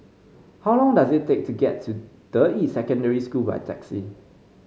how long does it take to get to Deyi Secondary School by taxi